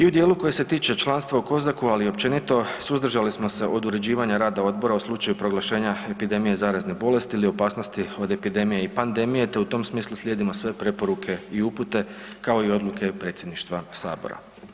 I u dijelu koji se tiče članstva u COSAC-u, ali i općenito, suzdržali smo se od uređivanja rada odbora u slučaju proglašenja epidemije zaraznih bolesti ili opasnosti od epidemije i pandemije, te u tom smislu slijedimo sve preporuke i upute, kao i odluke predsjedništva sabora.